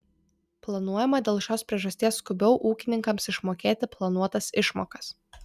planuojama dėl šios priežasties skubiau ūkininkams išmokėti planuotas išmokas